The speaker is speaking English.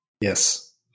Yes